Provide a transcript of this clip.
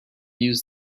use